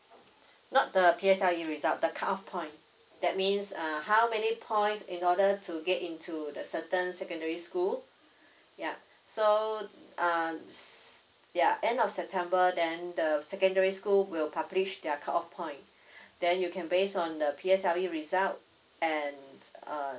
not the P_S_L_E result the cut off point that means err how many points in order to get into the certain secondary school yeuh so uh ss~ ya end of september then the secondary school will publish their cut off point then you can based on the P_S_L_E result and uh